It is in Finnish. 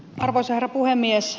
arvoisa herra puhemies